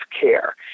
care